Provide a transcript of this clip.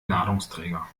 ladungsträger